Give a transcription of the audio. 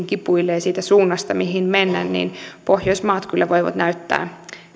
kipuilee siitä suunnasta mihin mennään pohjoismaat kyllä voivat näyttää